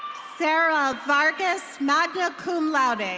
sarah vargas, magna cum laude.